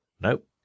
Nope